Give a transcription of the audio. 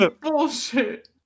Bullshit